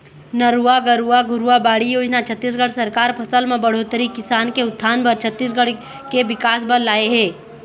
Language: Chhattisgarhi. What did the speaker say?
नरूवा, गरूवा, घुरूवा, बाड़ी योजना छत्तीसगढ़ सरकार फसल म बड़होत्तरी, किसान के उत्थान बर, छत्तीसगढ़ के बिकास बर लाए हे